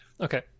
Okay